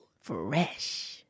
Fresh